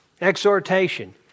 Exhortation